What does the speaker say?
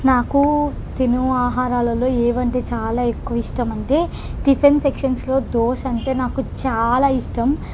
నాకు తినే ఆహారాలలో ఏవి అంటే చాలా ఎక్కువ ఇష్టం అంటే టిఫిన్ సెక్షన్స్లో దోశ అంటే నాకు చాలా ఇష్టం